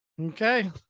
okay